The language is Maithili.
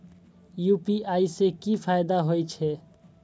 यू.पी.आई से की फायदा हो छे?